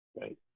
right